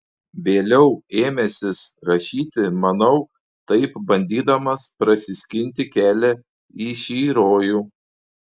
vėliau ėmęsis rašyti manau taip bandydamas prasiskinti kelią į šį rojų